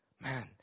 man